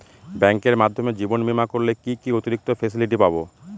ব্যাংকের মাধ্যমে জীবন বীমা করলে কি কি অতিরিক্ত ফেসিলিটি পাব?